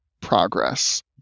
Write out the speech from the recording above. progress